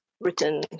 written